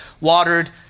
watered